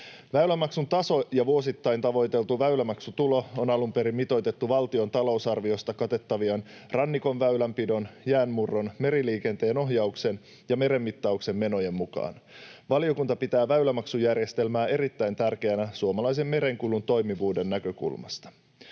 Väylämaksun taso ja vuosittain tavoiteltu väylämaksutulo on alun perin mitoitettu valtion talousarviosta katettavien rannikon väylänpidon, jäänmurron, meriliikenteen ohjauksen ja merenmittauksen menojen mukaan. Valiokunta pitää väylämaksujärjestelmää erittäin tärkeänä suomalaisen merenkulun toimivuuden näkökulmasta.